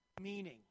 meaning